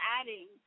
adding